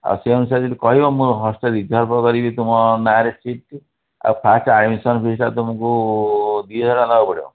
ଆଉ ସେହି ଅନୁସାରେ ଯଦି କହିବ ମୁଁ ହଷ୍ଟେଲ୍ ରିଜର୍ଭ କରିବି ତୁମ ନାଁରେ ସିଟ୍ ଆଉ ଫାଷ୍ଟ୍ ଆଡ଼୍ମିଶନ୍ ଫିସ୍ଟା ତୁମକୁ ଦୁଇ ହଜାର ଟଙ୍କା ଦେବାକୁ ପଡ଼ିବ